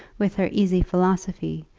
with her easy philosophy,